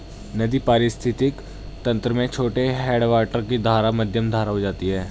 नदी पारिस्थितिक तंत्र में छोटे हैडवाटर की धारा मध्यम धारा हो जाती है